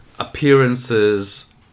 Appearances